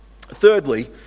Thirdly